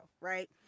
right